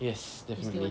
yes definitely